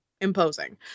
imposing